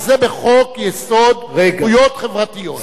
זה בחוק-יסוד: זכויות חברתיות.